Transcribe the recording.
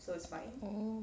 oh